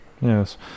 Yes